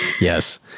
yes